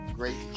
great